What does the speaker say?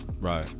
Right